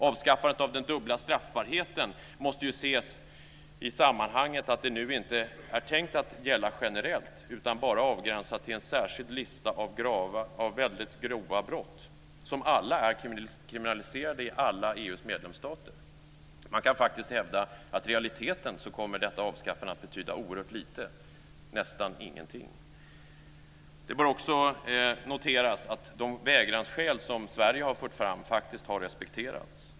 Avskaffandet av den dubbla straffbarheten måste ses i det sammanhanget att det nu inte är tänkt att gälla generellt utan bara avgränsat till en särskild lista av väldigt grova brott, som alla är kriminaliserade i alla EU:s medlemsstater. Man kan faktiskt hävda att detta avskaffande i realiteten kommer att betyda oerhört lite, nästan ingenting. Det bör också noteras att de vägransskäl som Sverige har fört fram faktiskt har respekterats.